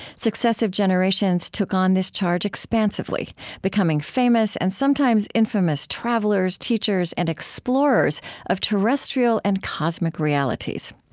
successive generations took on this charge expansively becoming famous and sometimes infamous travelers, teachers, and explorers of terrestrial and cosmic realities.